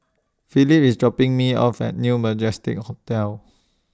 Phillip IS dropping Me off At New Majestic Hotel